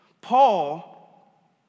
Paul